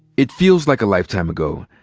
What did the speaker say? it feels like a lifetime ago,